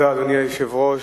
אדוני היושב-ראש,